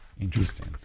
Interesting